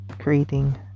creating